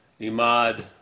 Imad